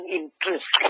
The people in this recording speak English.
interest